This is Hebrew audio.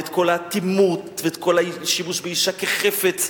ואת כל האטימות ואת השימוש באשה כחפץ,